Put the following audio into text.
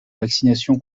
vaccination